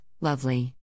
lovely